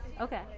Okay